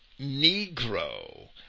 Negro